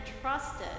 trusted